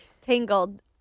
Tangled